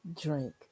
drink